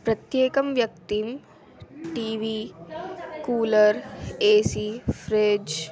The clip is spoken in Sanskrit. प्रत्येकं व्यक्तिं T V cooler A C fridge